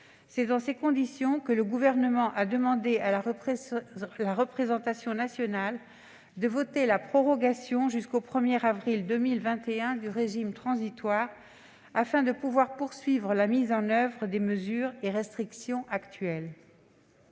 C'est dans ces conditions que le Gouvernement a demandé à la représentation nationale de voter la prorogation jusqu'au 1 avril 2021 du régime transitoire, afin de pouvoir poursuivre la mise en oeuvre des mesures et restrictions actuelles.